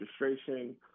registration